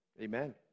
Amen